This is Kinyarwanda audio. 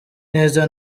neza